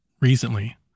recently